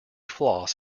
floss